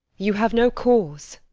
you have no cause.